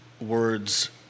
words